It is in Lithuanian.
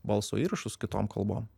balso įrašus kitom kalbom